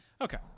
Okay